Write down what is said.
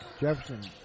Jefferson